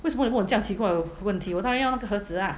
为什么你问我这样奇怪的问题我当然要那个盒子 lah